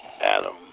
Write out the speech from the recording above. Adam